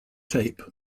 tape